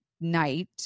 night